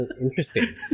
Interesting